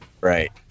Right